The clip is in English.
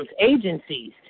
agencies